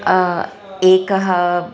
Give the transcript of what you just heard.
एकः